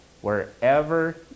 wherever